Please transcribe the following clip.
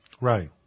Right